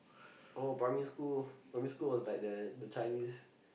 oh primary school primary was like like the Chinese